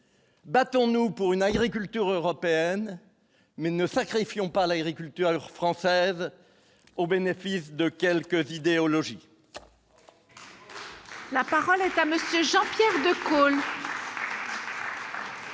battons-nous pour une agriculture européenne mais ne sacrifions pas l'agriculture française au bénéfice de quelques idéologies.